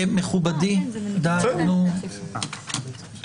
מכובדי, די, אני